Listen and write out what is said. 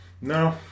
no